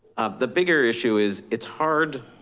the bigger issue is it's hard